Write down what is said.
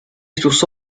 sus